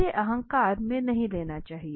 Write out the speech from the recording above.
इसे अहंकार में नहीं लेना चाहिए